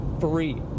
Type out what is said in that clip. free